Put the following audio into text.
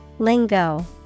lingo